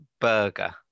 burger